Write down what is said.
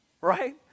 Right